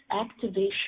activation